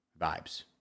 Vibes